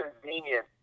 convenient